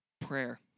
Prayer